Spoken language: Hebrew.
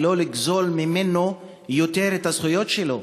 ולא לגזול ממנו יותר את הזכויות שלו.